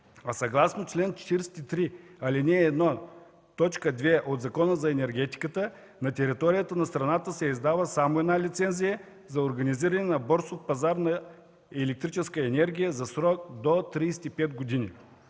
а съгласно чл. 43, ал. 1, т. 2 от Закона за енергетиката на територията на страната се издава само една лицензия за организиране на борсов пазар на електрическа енергия за срок до 35 години.